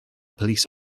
police